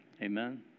amen